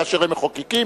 כאשר הם מחוקקים?